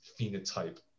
phenotype